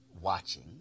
watching